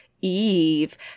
Eve